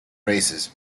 races